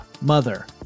mother